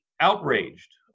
outraged